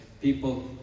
people